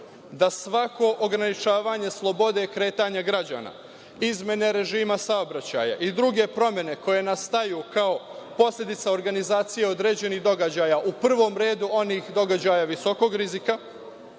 da svako ograničavanje slobode kretanja građana, izmene režima saobraćaja i druge promene koje nastaju kao posledica organizacije određenih događaja, u prvom redu onih događaja visokog rizika,